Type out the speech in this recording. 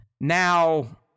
Now